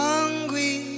Hungry